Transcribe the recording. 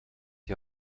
die